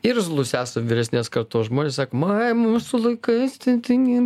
irzlūs esam vyresnės kartos žmonės sakom ai mūsų laikais tai taigi